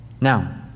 Now